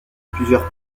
plusieurs